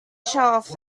shelf